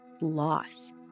loss